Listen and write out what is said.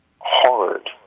hard